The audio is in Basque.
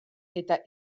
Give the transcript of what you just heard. eta